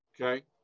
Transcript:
Okay